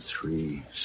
three